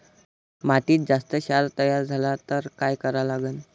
मातीत जास्त क्षार तयार झाला तर काय करा लागन?